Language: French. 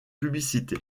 publicités